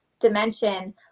dimension